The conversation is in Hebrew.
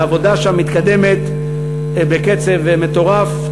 והעבודה שם מתקדמת בקצב מטורף.